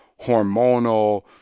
hormonal